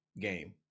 game